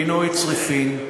פינוי צריפין,